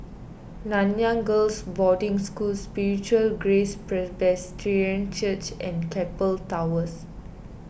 Nanyang Girls' Boarding School Spiritual Grace Presbyterian Church and Keppel Towers